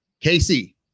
Casey